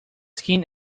skin